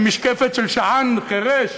עם משקפת של שען חירש